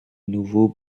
nouveau